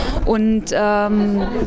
Und